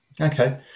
Okay